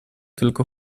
tylko